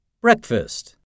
Breakfast